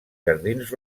jardins